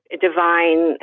divine